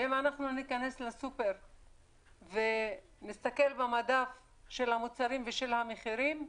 ואם אנחנו ניכנס לסופר ונסתכל במדף של המוצרים ושל המחירים,